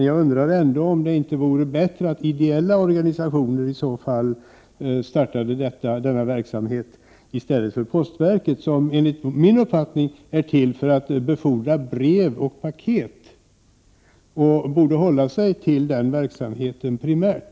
Jag undrar dock om det inte vore bättre att ideella organisationer i så fall bedrev denna vetksamhet i stället för postverket, som enligt min uppfattning är till för att befordra brev och paket och borde hålla sig till den verksamheten primärt.